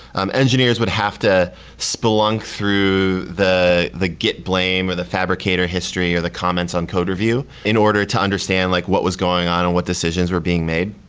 um engineers would have to splunk through the the git blame of the fabricator history or the comments on code review in order to understand like what was going on and what decisions were being made.